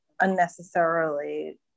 unnecessarily